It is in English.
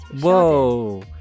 Whoa